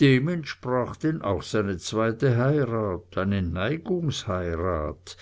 dem entsprach denn auch seine zweite heirat eine neigungsheirat